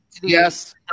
Yes